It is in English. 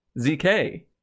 ZK